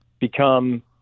become